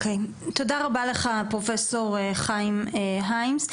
תודה רבה לך, פרופ' חיים היימס.